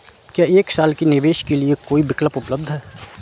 क्या एक साल के निवेश के लिए कोई विकल्प उपलब्ध है?